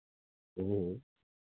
जी